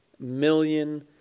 million